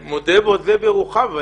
מודה ועוזב ירוחם.